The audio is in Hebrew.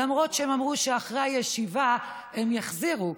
למרות שהם אמרו שאחרי הישיבה הם יחזירו.